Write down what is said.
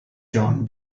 john